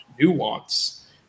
nuance